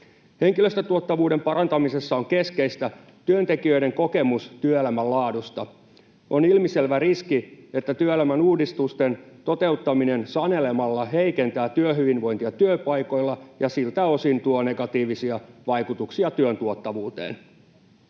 Henkilöstötuottavuuden parantamisessa on keskeistä työntekijöiden kokemus työelämän laadusta. On ilmiselvä riski, että työelämän uudistusten toteuttaminen sanelemalla heikentää työhyvinvointia työpaikoilla ja siltä osin tuo negatiivisia vaikutuksia työn tuottavuuteen.